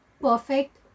perfect